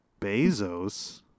Bezos